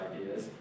ideas